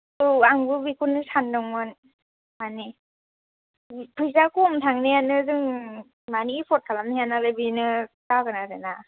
औ आंबो बेखौनो सानदोंमोन माने फैसाखौ आं थांनायानो जों माने एफर्ट खालामनो हाया नालाय बेनो जागोन आरो ना